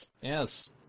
Yes